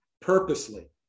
purposely